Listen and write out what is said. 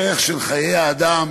הערך של חיי האדם